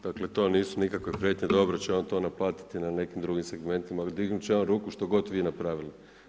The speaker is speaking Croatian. Dakle to nisu nikakve prijetnje, dobro će on to naplatiti na nekim drugim segmentima, dignuti će on ruku što god vi napravili.